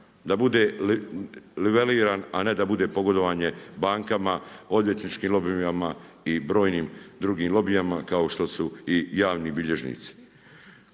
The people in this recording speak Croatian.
se ne razumije./… a ne da bude pogodovanje bankama, odvjetničkim lobijima i brojnim drugim lobijima kao što su i javni bilježnici.